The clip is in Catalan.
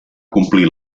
complir